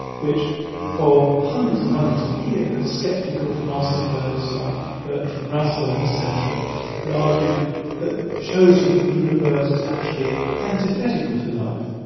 which for hundreds and hundreds of years sceptical philosophers like bertrand russell in this century had argued shows you that the universe is actually antithetical to life,